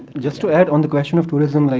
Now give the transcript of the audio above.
just to add, on the question of tourism, like